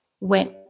went